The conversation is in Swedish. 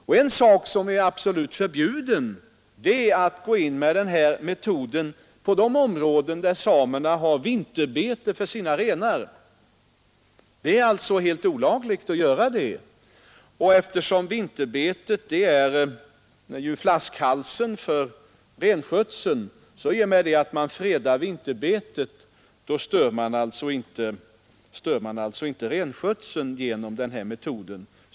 Och en sak som är absolut förbjuden är att tillämpa den här metoden i de områden där samerna har vinterbete för sina renar. Det är alltså helt olagligt att göra det. I och med att man fredar vinterbetet, som ju är flaskhalsen för renskötseln, stör man inte renskötseln nämnvärt genom den här metoden.